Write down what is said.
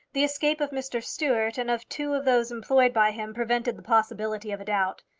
the escape of mr. stuart and of two of those employed by him prevented the possibility of a doubt.